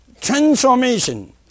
Transformation